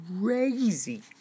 crazy